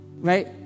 Right